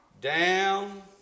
down